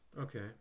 Okay